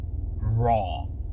wrong